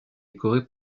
décorées